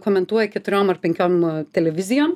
komentuoji keturiom ar penkiom televizijom